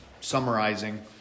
summarizing